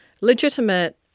legitimate